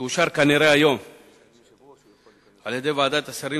יאושרו כנראה היום על-ידי ועדת השרים